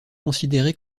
considérée